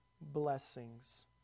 blessings